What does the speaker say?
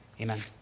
Amen